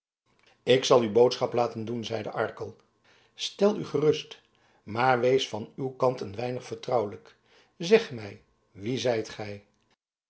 ik zal uw boodschap laten doen zeide arkel stel u gerust maar wees van uw kant een weinig vertrouwelijk zeg mij wie zijt gij